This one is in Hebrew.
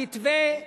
המתווה,